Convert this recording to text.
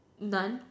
none